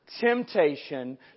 Temptation